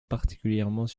particulièrement